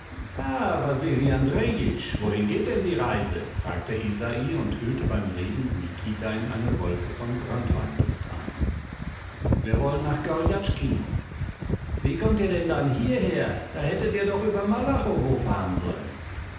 andrejitsch wohin geht denn die reise fragte isai und hüllte beim reden nikita in eine wolke von branntweinduft ein wir wollen nach gorjatschkino wie kommt ihr denn dann hierher da hättet ihr doch über malachowo fahren sollen